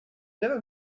never